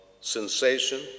sensation